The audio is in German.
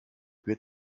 wird